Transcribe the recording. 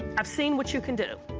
i've seen what you can do.